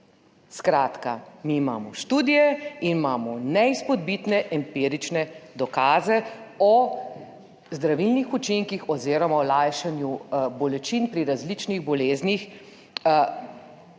Skratka, mi imamo študije in imamo neizpodbitne empirične dokaze o zdravilnih učinkih oziroma lajšanju bolečin pri različnih boleznih,